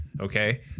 Okay